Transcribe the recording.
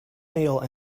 male